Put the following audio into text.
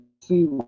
see